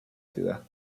ciudad